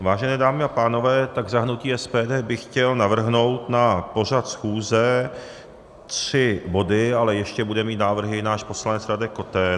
Vážené dámy a pánové, za hnutí SPD bych chtěl navrhnout na pořad schůze tři body, ale ještě bude mít návrhy náš poslanec Radek Koten.